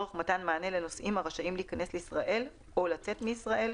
לצורך מתן מענה לנוסעים הרשאים להיכנס לישראל או לצאת מישראל,